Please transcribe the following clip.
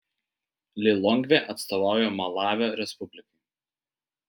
lilongvė atstovauja malavio respublikai